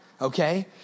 Okay